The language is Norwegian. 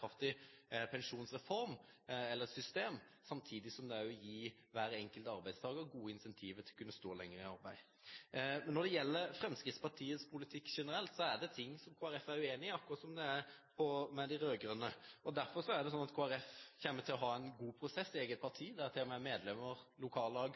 pensjonsreform, eller pensjonssystem, samtidig som det også gir hver enkelt arbeidstaker gode incentiver til å kunne stå lenger i arbeid. Når det gjelder Fremskrittspartiets politikk generelt, er det ting som Kristelig Folkeparti er uenig i, akkurat som det er med de rød-grønne. Derfor kommer Kristelig Folkeparti til å ha en god prosess i eget parti, der medlemmer, lokallag,